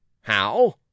How